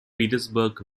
petersburg